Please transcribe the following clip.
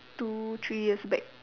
two three years back